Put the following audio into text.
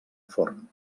forn